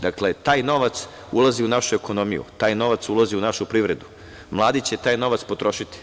Dakle, taj novac ulazi u našu ekonomiju, taj novac ulazi u našu privredu, mladi će taj novac potrošiti.